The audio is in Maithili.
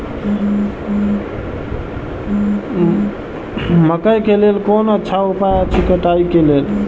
मकैय के लेल कोन अच्छा उपाय अछि कटाई के लेल?